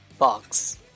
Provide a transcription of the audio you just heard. Box